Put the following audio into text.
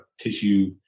tissue